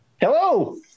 Hello